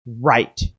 right